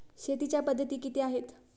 शेतीच्या पद्धती किती आहेत?